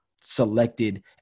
selected